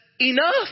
enough